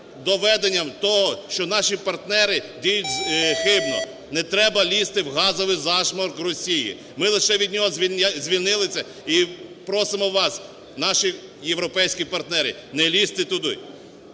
доведенням того, що наші партнери діють хибно. Не треба лізти в газовий зашморг Росії. Ми лише від нього звільнилися і просимо вас, наші європейські партнери, не лізьте туди.